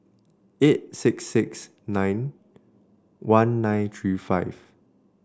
eight six six nine one nine three five